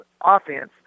offense